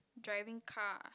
driving car